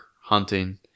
hunting